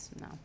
No